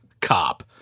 cop